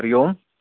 Hari Om